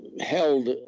held